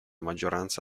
maggioranza